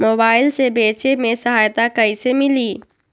Mobile से बेचे में सहायता कईसे मिली?